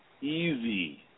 Easy